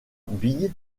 bille